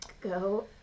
go